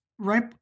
Right